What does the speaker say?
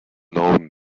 known